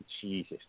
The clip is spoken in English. Jesus